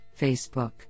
Facebook